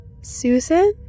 Susan